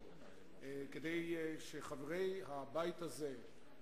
כדי שחברי הבית הזה,